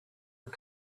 and